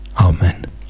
Amen